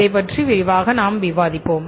அதைப் பற்றி விரிவாகவே நாம் விவாதித்தோம்